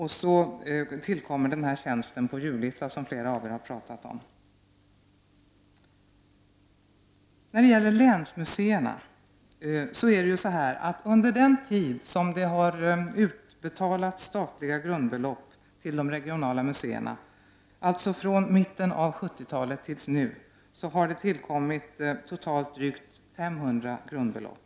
Härtill kommer den tjänst på Julita gård och museer som flera talare har berört. Under den tid som statliga grundbelopp utbetalats till de regionala museerna, alltså från mitten av 70-talet och fram till nu, har det tillkommit totalt drygt 500 grundbelopp.